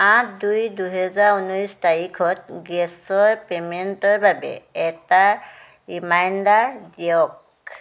আঠ দুই দুহেজাৰ ঊনৈছ তাৰিখত গেছৰ পে'মেণ্টৰ বাবে এটা ৰিমাইণ্ডাৰ দিয়ক